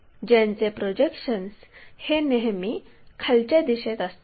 ज्यांचे प्रोजेक्शन्स हे नेहमी खालच्या दिशेत असतात